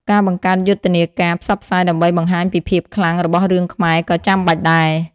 ការបង្កើតយុទ្ធនាការផ្សព្វផ្សាយដើម្បីបង្ហាញពីភាពខ្លាំងរបស់រឿងខ្មែរក៏ចាំបាច់ដែរ។